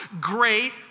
great